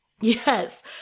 Yes